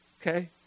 okay